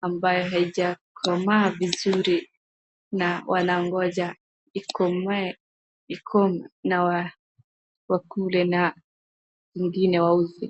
ambayo haijakomaa vizuri na wanangoja ikome ikome na wakule na zingine wauze.